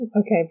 Okay